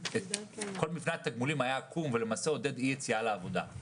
כל מבנה התגמולים היה עקום ולמעשה עודד אי יציאה לעבודה.